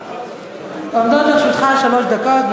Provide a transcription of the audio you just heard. עומדות לרשותך שלוש דקות.